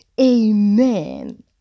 Amen